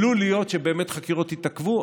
עלול להיות שבאמת חקירות יתעכבו,